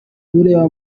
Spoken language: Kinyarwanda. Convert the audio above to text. ureba